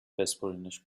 بسپرینش